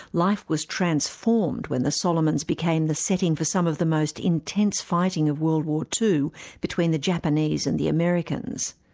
life was transformed when the solomons became the setting for some of the most intense fighting of world war ii between the japanese and the americans.